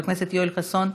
חבר הכנסת מוסי רז,